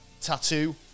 Tattoo